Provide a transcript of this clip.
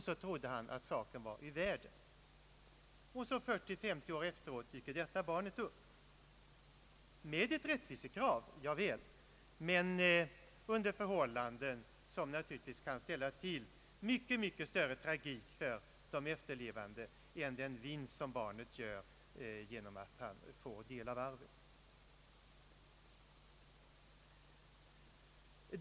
Så trodde han att saken var ur världen, men kanske 40 eller 50 år efteråt dyker detta barn upp — med ett rättvisekrav, javäl, men under förhållanden som naturligtvis kan ställa till mycket större tragik för de efterlevande än vad vinsten är för barnet i och med att det får del av arvet.